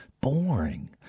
boring